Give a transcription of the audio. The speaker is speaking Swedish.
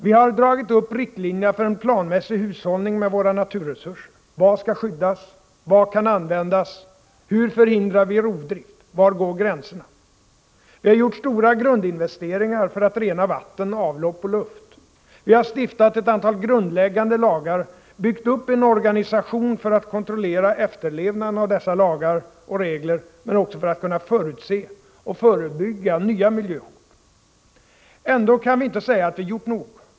Vi har dragit upp riktlinjerna för en planmässig hushållning med våra naturresurser: Vad skall skyddas? Vad kan användas? Hur förhindrar vi rovdrift? Var går gränserna? Vi har gjort stora grundinvesteringar för att rena vatten, avlopp och luft. Vi har stiftat ett antal grundläggande lagar, byggt upp en organisation för att kontrollera efterlevnaden av dessa lagar och regler men också för att kunna förutse och förebygga nya miljöhot. Ändå kan vi inte säga att vi gjort nog.